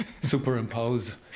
superimpose